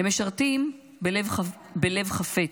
הם משרתים בלב חפץ,